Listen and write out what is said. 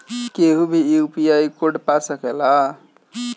केहू भी UPI code पा सकेला?